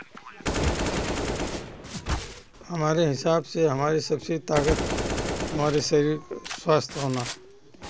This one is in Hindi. हमारे हिसाब से हमारे सबसे ताकत हमारे शरीर स्वस्थ होना